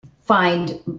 find